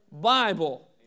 Bible